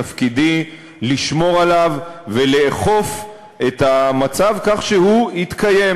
תפקידי לשמור עליו ולאכוף את המצב כך שהוא יתקיים.